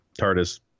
tardis